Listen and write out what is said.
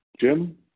Jim